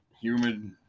humid